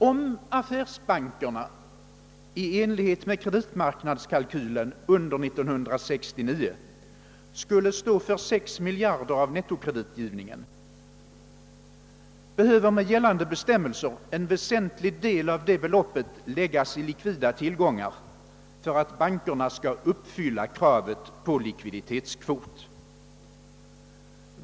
Om affärsbankerna i enlighet med kreditmarknadskalkylen under 1969 skulle stå för 6 miljarder kronor av nettokreditgivningen behöver med gällande bestämmelser en väsentlig del av det beloppet läggas i likvida tillgångar för att bankerna skall uppfylla kravet på likviditetskvot.